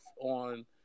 on